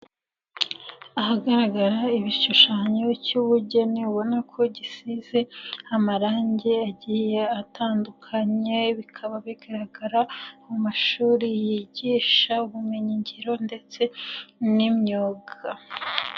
Ahagaragara igishushanyo cy'ubugeni ubona ko gisize amarangi agiye atandukanye bikaba bigaragara mu mashuri yigisha ubumenyigiro ndetse n'imyuga.